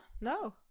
No